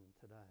today